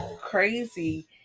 crazy